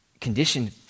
Conditioned